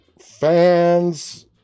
fans